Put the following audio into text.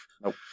Nope